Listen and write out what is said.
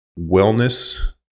wellness